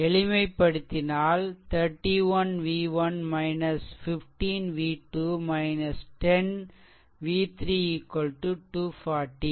எளிமைப்படுத்தினால் 31 v1 15 v2 10 v3 2 40